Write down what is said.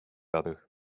other